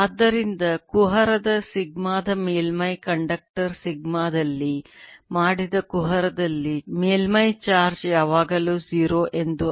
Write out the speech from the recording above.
ಆದ್ದರಿಂದ ಕುಹರದ ಸಿಗ್ಮಾ ದ ಮೇಲ್ಮೈಯಲ್ಲಿ ಕಂಡಕ್ಟರ್ ಸಿಗ್ಮಾ ದಲ್ಲಿ ಮಾಡಿದ ಕುಹರದಲ್ಲಿ ಮೇಲ್ಮೈ ಚಾರ್ಜ್ ಯಾವಾಗಲೂ 0 ಎಂದು ಅರ್ಥ